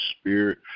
Spirit